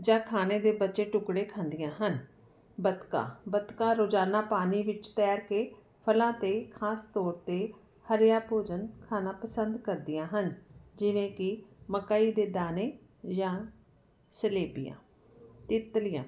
ਜਾ ਥਾਣੇ ਦੇ ਬੱਚੇ ਟੁਕੜੇ ਖਾਂਦੀਆਂ ਹਨ ਬੱਤਖਾਂ ਬੱਤਖਾਂ ਰੋਜਾਨਾਂ ਪਾਣੀ ਵਿੱਚ ਤੈਰ ਕੇ ਫਲਾਂ ਤੇ ਖਾਸ ਤੌਰ ਤੇ ਹਰਿਆ ਭੋਜਨ ਖਾਣਾ ਪਸੰਦ ਕਰਦੀਆਂ ਹਨ ਜਿਵੇਂ ਕਿ ਮੱਕਈ ਦੇ ਦਾਣੇ ਜਾਂ ਸਲੇਬੀਆਂ ਤਿਤਲੀਆਂ